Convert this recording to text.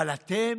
אבל אתם?